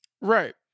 Right